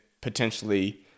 potentially